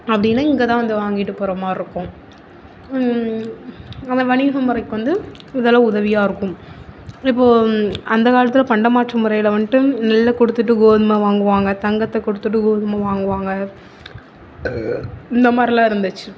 அப்படின்னு இங்கே தான் வந்து வாங்கிட்டு போகிற மாதிரி இருக்கும் அந்த வணிக முறைக்கு வந்து இதெல்லாம் உதவியாக இருக்கும் இப்போது அந்த காலத்தில் பண்டமாற்று முறையில் வந்துட்டு நெல்லை கொடுத்துட்டு கோதுமை வாங்குவாங்க தங்கத்தை கொடுத்துட்டு கோதுமை வாங்குவாங்க இந்தமாதிரிலாம் இருந்துச்சு